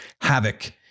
havoc